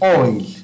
oil